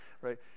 right